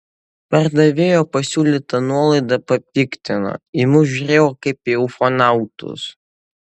pardavėjo pasiūlyta nuolaida papiktino į mus žiūrėjo kaip į ufonautus